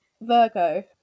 Virgo